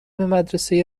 مدرسه